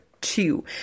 two